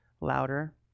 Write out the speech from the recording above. louder